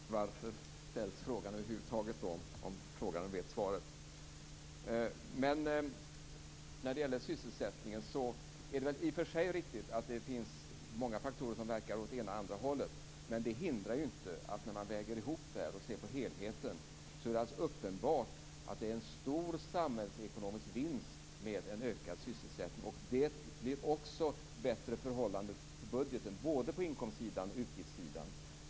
Fru talman! Varför ställs frågan över huvud taget, om frågeställaren vet svaret? När det gäller sysselsättningen är det väl i och för sig riktigt att det finns många faktorer som verkar åt det ena eller det andra hållet. Det hindrar dock inte att det när man ser till helheten alldeles uppenbart är en stor samhällsekonomisk vinst med en ökad sysselsättning. Det är också bättre i förhållande till budgeten, både på inkomstsidan och på utgiftssidan.